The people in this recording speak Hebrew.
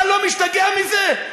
אתה לא משתגע מזה?